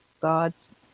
gods